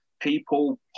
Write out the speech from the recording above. people